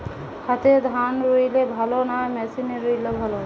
হাতে ধান রুইলে ভালো না মেশিনে রুইলে ভালো?